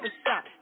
stop